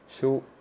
show